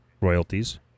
royalties